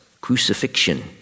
Crucifixion